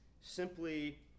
simply